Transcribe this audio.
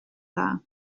dda